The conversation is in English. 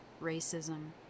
racism